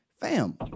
fam